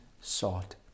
sought